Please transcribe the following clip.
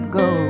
go